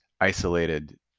isolated